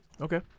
Okay